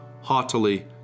haughtily